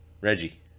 Reggie